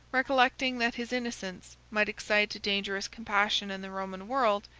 recollecting that his innocence might excite a dangerous compassion in the roman world,